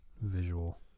visual